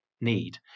need